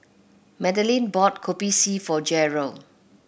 Madeleine bought Kopi C for Jeryl